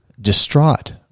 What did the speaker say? distraught